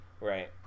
Right